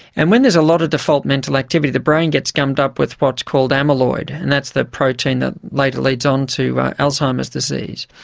and when there is a lot of default mental activity the brain gets gummed up with what's called amyloid, and that's the protein that later leads on to alzheimer's disease.